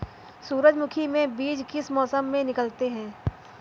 सूरजमुखी में बीज किस मौसम में निकलते हैं?